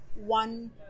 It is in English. one